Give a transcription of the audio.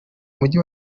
mujyi